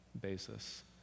basis